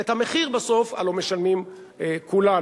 ואת המחיר בסוף הלוא משלמים כולנו.